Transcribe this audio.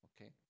Okay